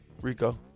Rico